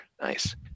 Nice